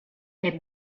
est